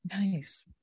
nice